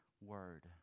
word